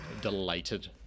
delighted